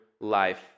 life